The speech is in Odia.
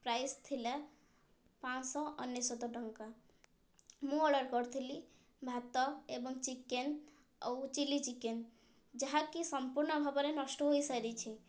ପ୍ରାଇସ୍ ଥିଲା ପାଞ୍ଚ ଶହ ଅନେଶତ ଟଙ୍କା ମୁଁ ଅର୍ଡ଼ର୍ କରିଥିଲି ଭାତ ଏବଂ ଚିକେନ୍ ଆଉ ଚିଲ୍ଲି ଚିକେନ୍ ଯାହାକି ସମ୍ପୂର୍ଣ୍ଣ ଭାବରେ ନଷ୍ଟ ହୋଇସାରିଛି